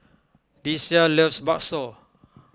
Deasia loves Bakso